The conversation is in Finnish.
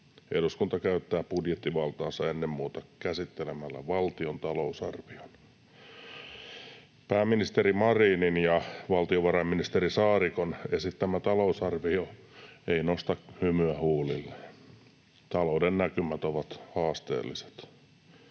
Eduskunta käyttää budjettivaltaansa ennen muuta käsittelemällä valtion talousarvion. Pääministeri Marinin ja valtiovarainministeri Saarikon esittämä talousarvio ei nosta hymyä huulille. Talouden näkymät ovat haasteelliset.